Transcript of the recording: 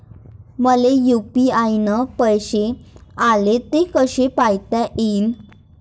मले यू.पी.आय न पैसे आले, ते कसे पायता येईन?